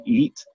eat